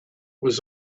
was